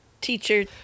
teacher